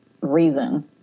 reason